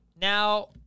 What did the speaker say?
Now